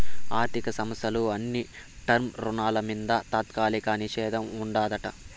ఆర్థిక సంస్థల అన్ని టర్మ్ రుణాల మింద తాత్కాలిక నిషేధం ఉండాదట